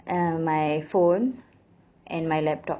uh my phone and my laptop